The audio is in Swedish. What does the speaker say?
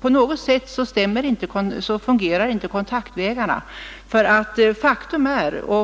På något sätt fungerar inte kontaktvägarna, för faktum är